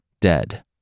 dead